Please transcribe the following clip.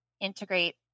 integrate